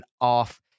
off